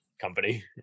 company